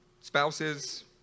spouses